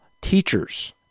teachers